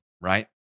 right